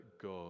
God